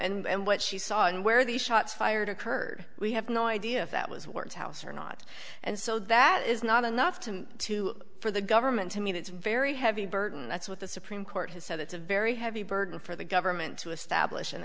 is and what she saw and where the shots fired occurred we have no idea if that was work house or not and so that is not enough to to for the government to meet its very heavy burden that's what the supreme court has said it's a very heavy burden for the government to establish an